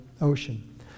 ocean